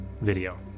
video